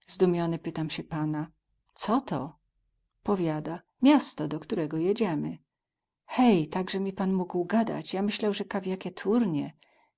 widać domy zdumiony pytam sie pana co to powiada miasto do ktorego jedziemy hej takze mi pan mógł gadać ja myślał ze ka w jakie turnie